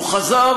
הוא חזר